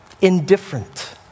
indifferent